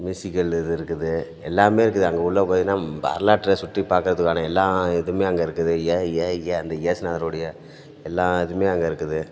musical இது இருக்குது எல்லாமே இருக்குது அங்கே உள்ளே போனீங்கன்னால் வரலாற்றை சுற்றிப் பார்க்கறதுக்கான எல்லா இதுவுமே அங்கே இருக்குது ய ய ய அந்த இயேசுநாதருடைய எல்லா இதுவுமே அங்கே இருக்குது